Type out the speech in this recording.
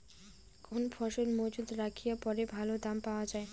কোন ফসল মুজুত রাখিয়া পরে ভালো দাম পাওয়া যায়?